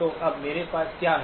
तो अब मेरे पास क्या है